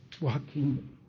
walking